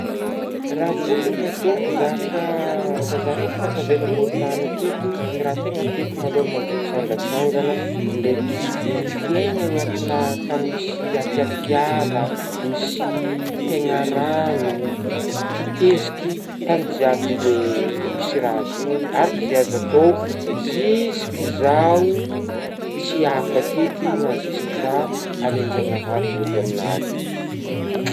Raha voalohagny ataoko zah ka za-zah raiky fô tavela ambon'ny tagny aketo, raha tegna tiako ma lô mande mitsangatsangagna ndraiky miaigna anatigna tagny misy atiaty ala misy tegna ragno, titeziky tagny jiaby le misy raha zegny araka zey azo atao zisky zaho tsy afaky eky na zisky zah alain-jagnahary mody amin'azy agny.